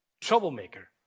Troublemaker